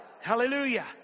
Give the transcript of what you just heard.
Hallelujah